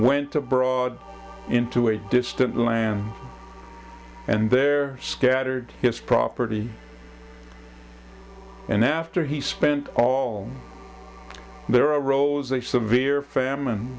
went abroad into a distant land and there scattered his property and after he spent all their rose a severe famine